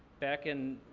back in